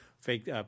fake